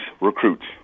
recruits